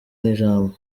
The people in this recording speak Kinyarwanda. ijambo